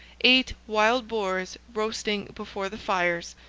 eight wild boars roasting before the fires,